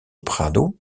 prado